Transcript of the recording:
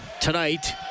tonight